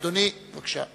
אדוני, בבקשה.